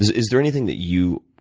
is is there anything that you